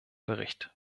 bericht